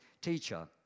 teacher